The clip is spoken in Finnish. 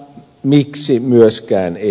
miksi myöskään ei